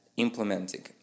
implementing